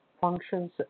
functions